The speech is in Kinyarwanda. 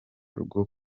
rwo